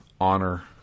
honor